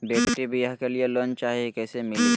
बेटी ब्याह के लिए लोन चाही, कैसे मिली?